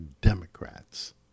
Democrats